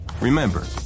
Remember